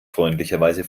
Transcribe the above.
freundlicherweise